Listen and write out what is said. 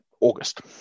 August